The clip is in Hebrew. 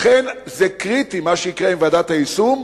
לכן זה קריטי מה שיקרה עם ועדת היישום,